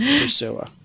pursuer